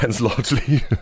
largely